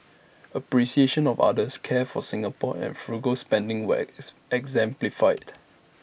appreciation of others care for Singapore and frugal spending were ex exemplified